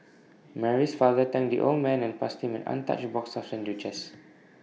Mary's father thanked the old man and passed him an untouched box of sandwiches